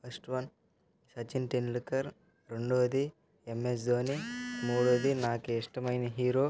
first one Sachin Tendulkar MS Dhoni మూడవది నాకిష్టమైన hero